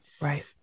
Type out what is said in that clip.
Right